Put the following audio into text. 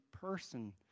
person